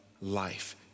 life